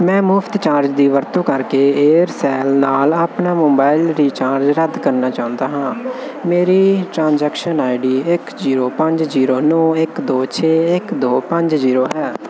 ਮੈਂ ਮੁਫ਼ਤ ਚਾਰਜ ਦੀ ਵਰਤੋਂ ਕਰਕੇ ਏਅਰਸੈਲ ਨਾਲ ਆਪਣਾ ਮੋਬਾਈਲ ਰੀਚਾਰਜ ਰੱਦ ਕਰਨਾ ਚਾਹੁੰਦਾ ਹਾਂ ਮੇਰੀ ਟ੍ਰਾਂਜੈਕਸ਼ਨ ਆਈਡੀ ਇੱਕ ਜ਼ੀਰੋ ਪੰਜ ਜ਼ੀਰੋ ਨੌਂ ਇੱਕ ਦੋ ਛੇ ਇੱਕ ਦੋ ਪੰਜ ਜ਼ੀਰੋ ਹੈ